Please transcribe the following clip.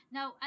Now